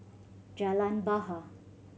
Jalan Bahar